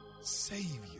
Savior